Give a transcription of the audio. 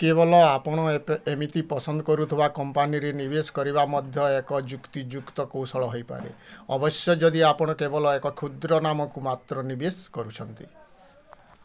କେବଲ ଆପଣ ଏପେ ଏମିତି ପସନ୍ଦ କରୁଥିବା କମ୍ପାନୀରେ ନିବେଶ କରିବା ମଧ୍ୟ ଏକ ଯୁକ୍ତିଯୁକ୍ତ କୌଶଳ ହୋଇପାରେ ଅବଶ୍ୟ ଯଦି ଆପଣ କେବଳ ଏକ କ୍ଷୁଦ୍ର ନାମକୁ ମାତ୍ର ନିବେଶ କରୁଛନ୍ତି